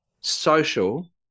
social